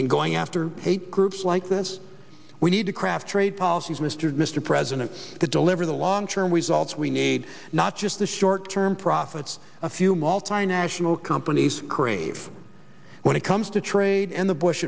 in going after hate groups like this we need to craft trade policies mr and mr president to deliver the long term results we need not just the short term profits a few multinational companies crave when it comes to trade and the bush